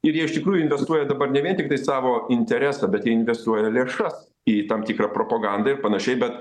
ir jie iš tikrųjų investuoja dabar ne vien tiktai savo interesą bet jie investuoja lėšas į tam tikrą propagandą ir panašiai bet